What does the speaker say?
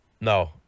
No